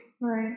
Right